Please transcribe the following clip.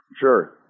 Sure